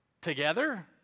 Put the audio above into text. together